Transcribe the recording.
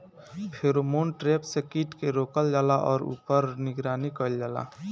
Pheromone trap से कीट के रोकल जाला और ऊपर निगरानी कइल जाला?